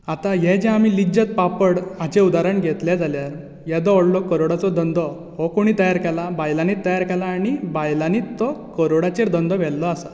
आतां हे जे आमी लिज्जत पापड हाचें उदारण घेतलें जाल्यार येदो व्हडलो करोडाचो धंदो हो कोणी तयार केला बायलांनीच तयार केला आनी बायलांनीच तो करोडाचेर धंदो व्हेल्लो आसा